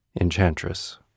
enchantress